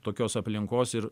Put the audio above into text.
tokios aplinkos ir